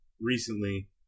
recently